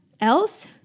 else